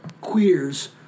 queers